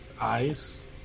eyes